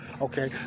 okay